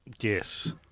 Yes